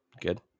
good